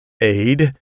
aid